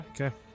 Okay